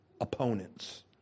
opponents